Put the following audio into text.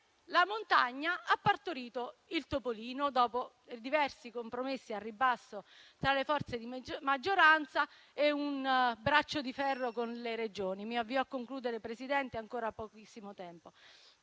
la montagna ha partorito il topolino dopo diversi compromessi al ribasso tra le forze di maggioranza e un braccio di ferro con le Regioni. Mi avvio a concludere, Presidente. Le Regioni restano